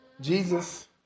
Jesus